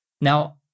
Now